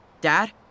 Dad